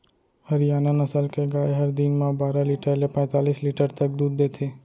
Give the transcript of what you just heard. हरियाना नसल के गाय हर दिन म बारा लीटर ले पैतालिस लीटर तक दूद देथे